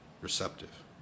receptive